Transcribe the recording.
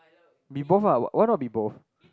be both lah why not be both